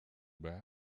man